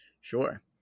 sure